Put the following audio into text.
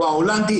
או ההולנדי,